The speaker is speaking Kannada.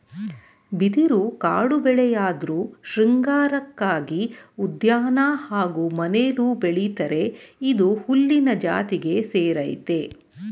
ಬಿದಿರು ಕಾಡುಬೆಳೆಯಾಧ್ರು ಶೃಂಗಾರಕ್ಕಾಗಿ ಉದ್ಯಾನ ಹಾಗೂ ಮನೆಲೂ ಬೆಳಿತರೆ ಇದು ಹುಲ್ಲಿನ ಜಾತಿಗೆ ಸೇರಯ್ತೆ